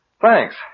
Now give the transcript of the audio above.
Thanks